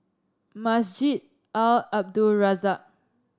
Masjid Al Abdul Razak